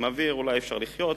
בלי אוויר אולי אי-אפשר לחיות,